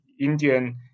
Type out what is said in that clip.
Indian